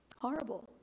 horrible